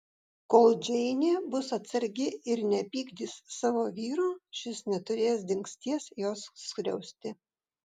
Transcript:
kol džeinė bus atsargi ir nepykdys savo vyro šis neturės dingsties jos skriausti